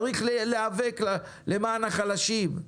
צריך להיאבק למען החלשים.